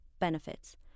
benefits